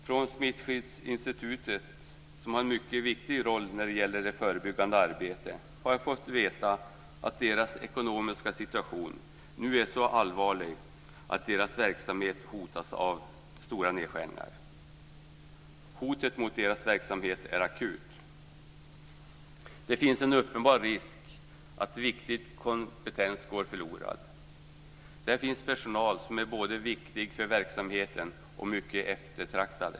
Från Smittskyddsinstitutet, som har en mycket viktig roll när det gäller det förebyggande arbetet, har jag fått veta att deras ekonomiska situation nu är så allvarlig att verksamheten hotas av stora nedskärningar. Hotet mot deras verksamhet är akut. Det finns en uppenbar risk att viktig kompetens går förlorad. Där finns personal som både är viktig för verksamheten och mycket eftertraktad.